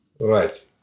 Right